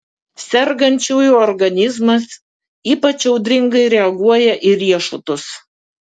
sergančiųjų organizmas ypač audringai reaguoja į riešutus